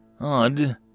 Odd